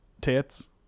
tits